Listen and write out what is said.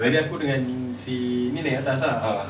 abeh aku dengan si ni naik atas ah